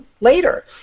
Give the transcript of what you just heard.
later